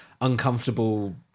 uncomfortable